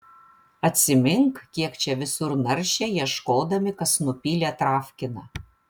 atsimink kiek čia visur naršė ieškodami kas nupylė travkiną